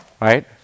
right